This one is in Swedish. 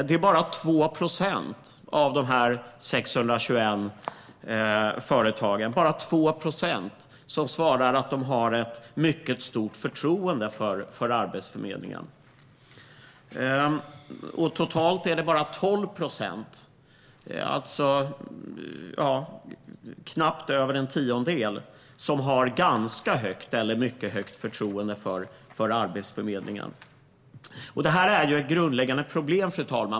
Det är bara 2 procent av de 621 företagen som svarar att de har ett mycket stort förtroende för Arbetsförmedlingen. Totalt är det bara 12 procent - knappt över en tiondel - som har ganska högt eller mycket högt förtroende för Arbetsförmedlingen. Fru talman! Det här är ett grundläggande problem.